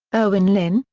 erwin lynn,